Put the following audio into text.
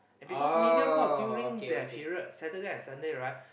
because Mediacorp during that period Saturday and Sunday right